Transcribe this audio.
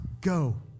go